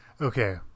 Okay